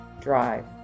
Drive